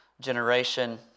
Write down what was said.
generation